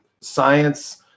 science